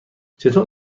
چطور